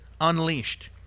unleashed